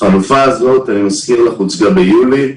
החלופה הזאת הוצגה ביולי.